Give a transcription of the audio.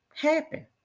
happen